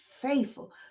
faithful